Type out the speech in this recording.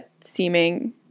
seeming